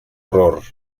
error